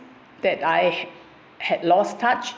that I had lost touch